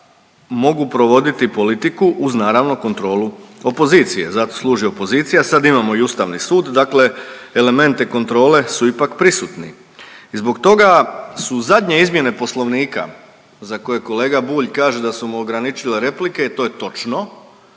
mogu provoditi politiku uz naravno kontrolu opoziciji, zato služi opozicija sad imamo i Ustavni sud, dakle elementi kontrole su ipak prisutni. I zbog toga su zadnje izmjene poslovnika za koje kolega Bulj kaže da su mu ograničile replike i to je točno,